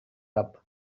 rub